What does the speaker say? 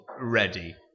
ready